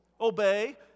obey